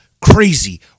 crazy